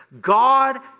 God